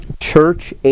Church